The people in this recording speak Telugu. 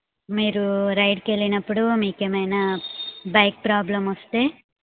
మీరు రైడ్కి వెళ్ళినప్పుడు మీకు ఏమైనా బైక్ ప్రాబ్లం వస్తే